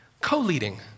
co-leading